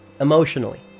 Emotionally